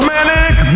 Manic